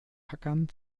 hakan